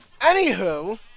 Anywho